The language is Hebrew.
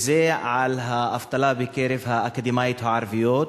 וזה על האבטלה בקרב האקדמאיות הערביות,